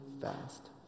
fast